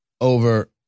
over